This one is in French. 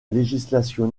législation